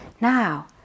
Now